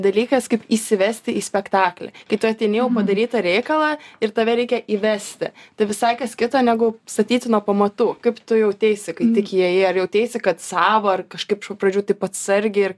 dalykas kaip įsivesti į spektaklį kai tu ateini jau padaryti reikalą ir tave reikia įvesti tai visai kas kita negu statyti nuo pamatų kaip tu jauteisi kai tik įėjai ar jauteisi kad sava ar kažkaip iš pradžių taip atsargiai ir